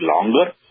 longer